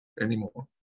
anymore